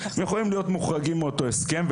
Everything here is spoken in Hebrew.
הם יכולים להיות מוחרגים מאותו הסכם.